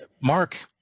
Mark